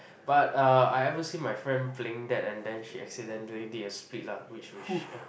but uh I ever seen my friend that playing that and then she accidentally did a split lah which is